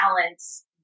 balance